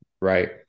right